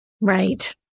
Right